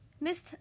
Miss